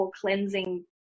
cleansing